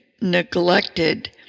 neglected